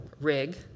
rig